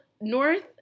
north